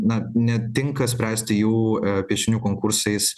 na netinka spręsti jų piešinių konkursais